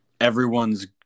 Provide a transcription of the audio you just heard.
everyone's